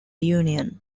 union